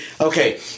okay